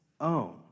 own